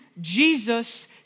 Jesus